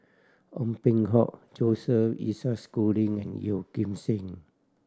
Ong Peng Hock Joseph Isaac Schooling and Yeoh Ghim Seng